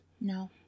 No